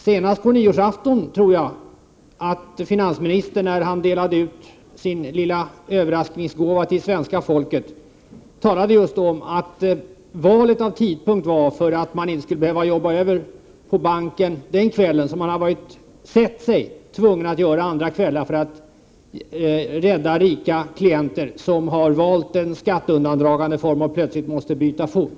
Senast på nyårsafton, tror jag, att finansministern talade om detta, när han delade ut sin lilla överraskningsgåva till svenska folket. Han sade just att valet av tidpunkt hade gjorts för att man inte skulle behöva jobba över på banken den kvällen, som man har sett sig tvungen att göra andra kvällar, för att rädda rika klienter som har valt en form för skatteundandragande och plötsligt måste byta fot.